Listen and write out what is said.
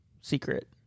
secret